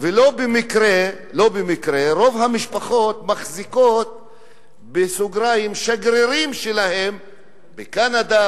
ולא במקרה רוב המשפחות מחזיקות "שגרירים" שלהן בקנדה,